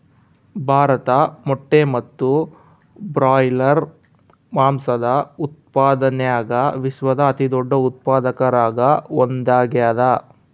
ಭಾರತ ಮೊಟ್ಟೆ ಮತ್ತು ಬ್ರಾಯ್ಲರ್ ಮಾಂಸದ ಉತ್ಪಾದನ್ಯಾಗ ವಿಶ್ವದ ಅತಿದೊಡ್ಡ ಉತ್ಪಾದಕರಾಗ ಒಂದಾಗ್ಯಾದ